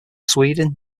sweden